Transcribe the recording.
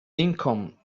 income